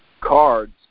cards